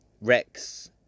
Rex